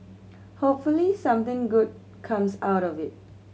hopefully something good comes out of it